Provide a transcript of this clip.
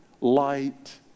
light